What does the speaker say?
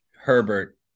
Herbert